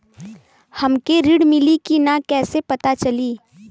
हमके ऋण मिली कि ना कैसे पता चली?